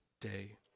day